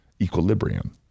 equilibrium